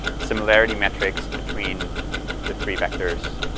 similarity metrics between the three vectors